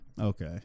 Okay